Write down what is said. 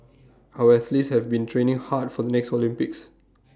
our athletes have been training hard for the next Olympics